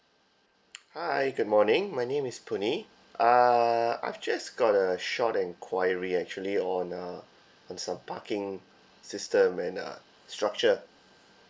hi good morning my name is puh nee uh I've just got a short enquiry actually on uh on some parking system and uh structure